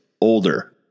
older